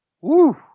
Woo